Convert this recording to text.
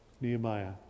Nehemiah